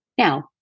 Now